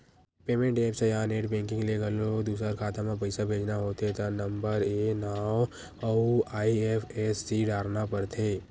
payment apps या net banking ले घलो दूसर खाता म पइसा भेजना होथे त नंबरए नांव अउ आई.एफ.एस.सी डारना परथे